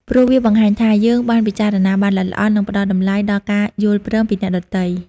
ព្រោះវាបង្ហាញថា យើងបានពិចារណាបានល្អិតល្អន់ និងផ្ដល់តម្លៃដល់ការយល់ព្រមពីអ្នកដទៃ។